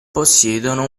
possiedono